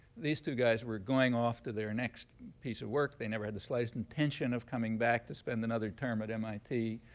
these two guys were going off to their next piece of work. they never had the slightest intention of coming back to spend another term at mit.